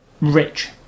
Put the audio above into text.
rich